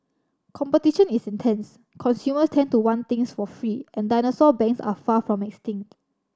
competition is intense consumers tend to want things for free and dinosaur banks are far from extinct